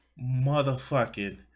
motherfucking